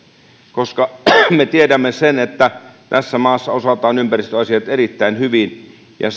koska me tiedämme sen että tässä maassa osataan ympäristöasiat erittäin hyvin ja